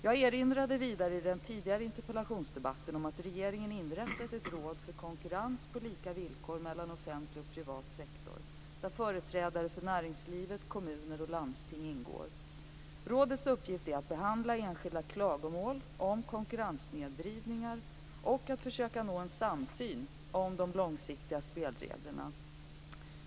Jag erinrade vidare i den tidigare interpellationsdebatten om att regeringen inrättat ett råd för konkurrens på lika villkor mellan offentlig och privat sektor där företrädare för näringslivet, kommuner och landsting ingår. Rådets uppgift är att behandla enskilda klagomål om konkurrenssnedvridningar och att försöka nå en samsyn om de långsiktiga spelreglerna.